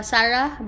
Sarah